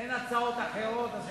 אין הצעות אחרות.